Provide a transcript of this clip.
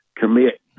commit